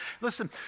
Listen